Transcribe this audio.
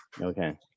Okay